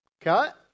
Cut